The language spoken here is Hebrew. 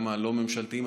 גם הלא-ממשלתיים.